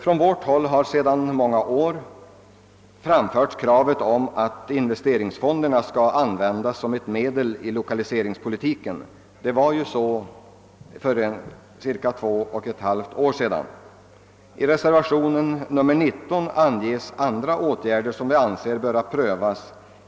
Från vårt håll har under många år framförts kravet att investeringsfonderna skall användas som ett medel i lokaliseringspolitiken. Ett sådant förfarande tillämpades ju tills för cirka två och ett halvt år sedan. I reservationen 19 anges andra åtgärder som vi anser bör prövas.